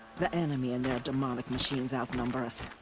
the enemy and their demonic machines outnumber us.